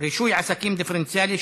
רישוי עסקים דיפרנציאלי,